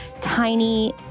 tiny